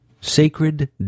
Sacred